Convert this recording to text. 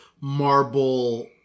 marble